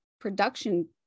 production